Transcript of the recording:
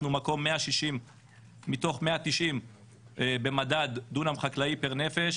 אנחנו מקום 160 מתוך 190 במדד דונם חקלאי פר נפש.